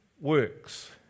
works